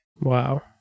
Wow